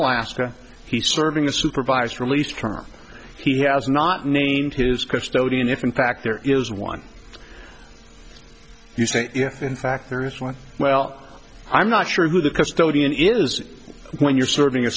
alaska he's serving a supervised release term he has not named his custodian if in fact there is one you say if in fact there is one well i'm not sure who the custodian is when you're ser